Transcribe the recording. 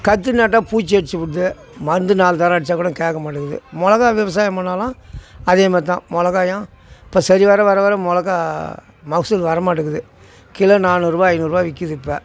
கதிர் நட்டால் பூச்சி அரிச்சிவிடுது மருந்து நாலு தடவை அடிச்சால் கூட கேட்க மாட்டேங்கிது மிளகா விவசாயம் பண்ணாலும் அதே மாதிரிதான் மிளகாயும் இப்போ சரிவர வர வர மிளகா மகசூல் வர மாட்டேக்குது கிலோ நானூறுரூவா ஐநூறுரூவா விற்க்கிது இப்போ